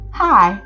hi